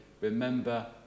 remember